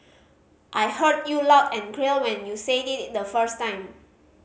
I heard you loud and when you said it in the first time